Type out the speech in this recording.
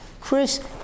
Chris